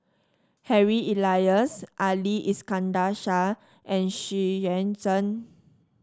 Harry Elias Ali Iskandar Shah and Xu Yuan Zhen